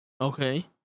Okay